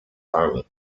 army